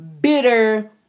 bitter